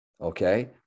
Okay